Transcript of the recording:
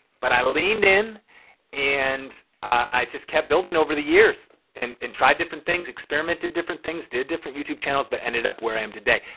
but i leaned in and i just kept building over the years and and tried different things, experimented different things, did different youtube channels, but ended up where i am today.